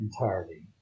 entirely